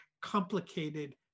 complicated